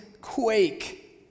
quake